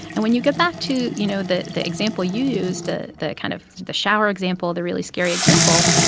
and when you get back to, you know, the the example you used, ah the kind of the shower example, the really scary example,